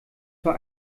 für